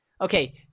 okay